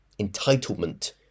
entitlement